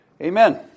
Amen